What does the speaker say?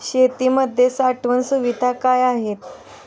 शेतीमध्ये साठवण सुविधा काय आहेत?